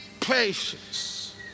patience